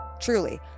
truly